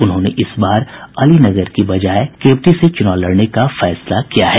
उन्होंने इस बार अलीनगर की बजाय केवटी से चुनाव लड़ने का फैसला किया है